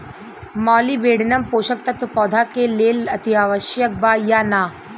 Molybdenum पोषक तत्व पौधा के लेल अतिआवश्यक बा या न?